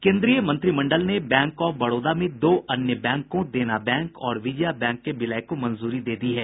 केंद्रीय मंत्रिमंडल ने बैंक ऑफ बड़ौदा में दो अन्य बैंकों देना बैंक और विजया विलय की मंजूरी दे दी है